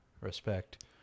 respect